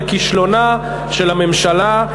על כישלונה של הממשלה,